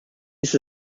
ist